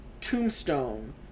tombstone